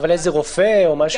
איזה רופא או משהו כזה.